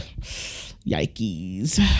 yikes